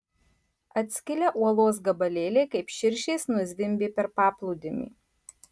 atskilę uolos gabalėliai kaip širšės nuzvimbė per paplūdimį